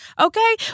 okay